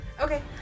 Okay